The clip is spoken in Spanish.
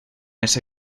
ese